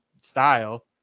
style